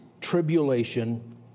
tribulation